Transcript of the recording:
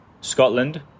scotland